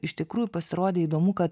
iš tikrųjų pasirodė įdomu kad